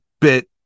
bit